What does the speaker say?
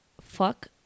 fuck